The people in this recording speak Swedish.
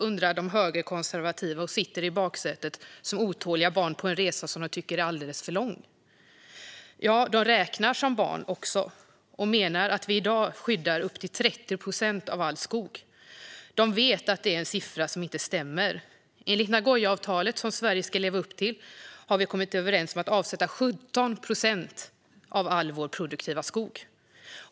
undrar de högerkonservativa där de sitter i baksätet som otåliga barn på en resa som de tycker är alldeles för lång. De räknar som barn också och menar att vi i dag skyddar upp till 30 procent av all skog. De vet att det är en siffra som inte stämmer. Enligt Nagoyaavtalet, som Sverige ska leva upp till, har vi kommit överens om att avsätta 17 procent av all vår produktiva skog.